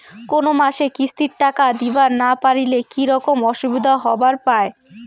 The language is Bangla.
কোনো মাসে কিস্তির টাকা দিবার না পারিলে কি রকম অসুবিধা হবার পায়?